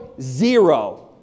Zero